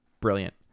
Brilliant